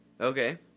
Okay